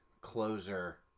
closer